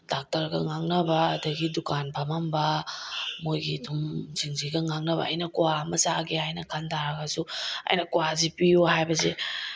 ꯗꯥꯛꯇꯔꯒ ꯉꯥꯡꯅꯕ ꯑꯗꯒꯤ ꯗꯨꯀꯥꯟ ꯐꯝꯃꯝꯕ ꯃꯣꯏꯒꯤ ꯑꯗꯨꯝ ꯁꯤꯡꯁꯤꯒ ꯉꯥꯡꯅꯕ ꯑꯩꯅ ꯀ꯭ꯋꯥ ꯑꯃ ꯆꯥꯒꯦ ꯍꯥꯏꯅ ꯈꯟ ꯇꯥꯔꯒꯁꯨ ꯑꯩꯅ ꯀ꯭ꯋꯥꯁꯦ ꯄꯤꯌꯣ ꯍꯥꯏꯕꯁꯤ